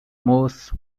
most